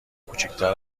کوچیکتر